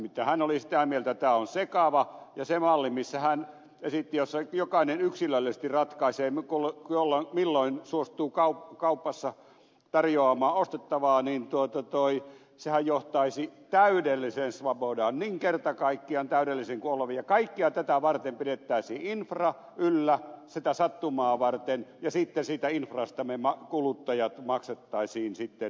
nimittäin hän oli sitä mieltä että tämä on sekava ja se malli mitä hän esitti jossa jokainen yksilöllisesti ratkaisee milloin suostuu kaupassa tarjoamaan ostettavaa niin sehän johtaisi täydelliseen svobodaan niin kerta kaikkiaan täydelliseen kuin olla voi ja kaikkea tätä varten pidettäisiin infra yllä sitä sattumaa varten ja sitten siitä infrasta me kuluttajat maksaisimme ylimääräisen maksun